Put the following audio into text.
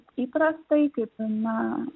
įprastai kaip na